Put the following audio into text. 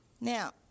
Now